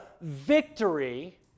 victory